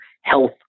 health